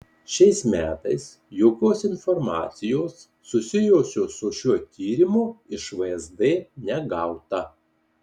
šiais metais jokios informacijos susijusios su šiuo tyrimu iš vsd negauta